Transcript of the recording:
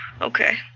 Okay